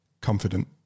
confident